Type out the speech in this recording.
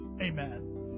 Amen